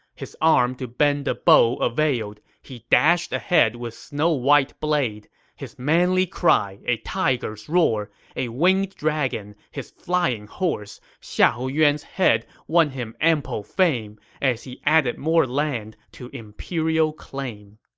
his arm to bend the bow availed he dashed ahead with snow-white blade his manly cry, a tiger's roar! a winged dragon, his flying horse! xiahou yuan's head won his ample fame as he added more land to imperial claim